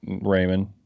Raymond